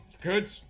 good